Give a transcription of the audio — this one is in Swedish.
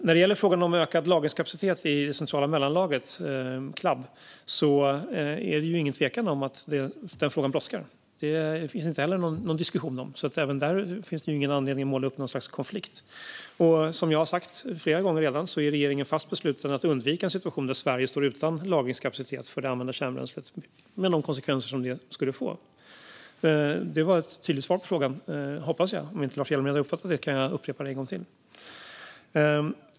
När det gäller frågan om ökad lagringskapacitet i det centrala mellanlagret, Clab, är det ju ingen tvekan om att detta brådskar. Det finns ingen diskussion om detta, så inte heller där finns det någon anledning att måla upp något slags konflikt. Som jag redan har sagt flera gånger är regeringen fast besluten att undvika en situation där Sverige står utan lagringskapacitet för det använda kärnbränslet, med de konsekvenser som detta skulle få. Jag hoppas att detta var ett tydligt svar på frågan - om Lars Hjälmered inte uppfattade det kan jag upprepa det.